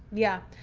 yeah,